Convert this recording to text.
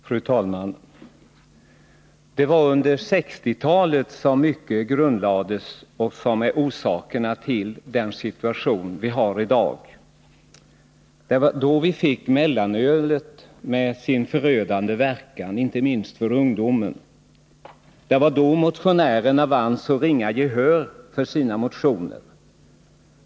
Fru talman! Det var under 1960-talet som mycket grundlades av det som är orsakerna till den situation vi har i dag. Det var då vi fick mellanölet med dess förödande verkan inte minst för ungdomen. Det var då motionärerna vann så ringa gehör för sina motioner på detta område.